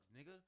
nigga